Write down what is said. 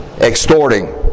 extorting